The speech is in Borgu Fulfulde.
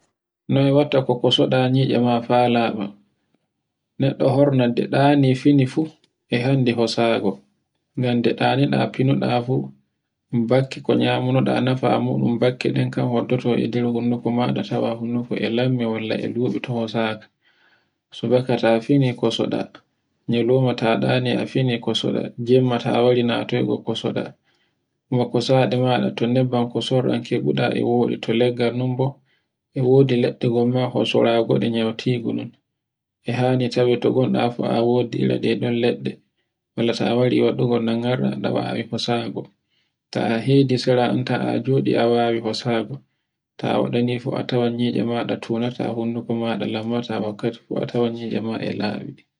Noy watta ko ko soɗa nyicce ma fa laɓu, neɗɗo hor nande ɗani fu e hande hosago. Ngan to ɗanoɗa finoga fu bakke ko nyamunoɗa nefa muɗum bakke kan waddoto e nder honduko muɗum tawa honduko e lammi, walla e lumi to hosaka, subaka ta fini ko soɗa nyalauma ta ɗani a fini kosoɗa, jemma ta wari natoygo ko soɗa, moko saɗe maɗa to nebban ko sorron keɓuɗa e wodi, to leggan non bo, e wodi leɗɗe gonma hosora e goɗe nyautigo non, e hani tawe to gonɗa fu a wodi era ɗeɗon leɗɗe, walla ta wari waɗugo nanga ada wawi wasago. ta hedi sara anta a joɗi, ta wadi a tawan nyicce maɗa tunata honduko maɗa lammata, wakkati fu a tawan nyicce maɗa laɓi.